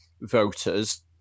voters